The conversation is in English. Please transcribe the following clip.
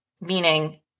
meaning